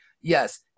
Yes